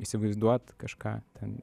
įsivaizduot kažką ten